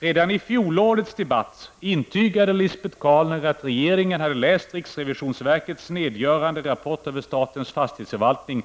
Redan i fjolårets debatt intygade Lisbet Calner att regeringen hade läst riksrevisionsverkets nedgörande rapport över statens fastighetsförvaltning